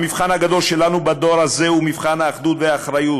המבחן הגדול שלנו בדור הזה הוא מבחן האחדות והאחריות,